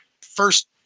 first